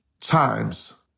Times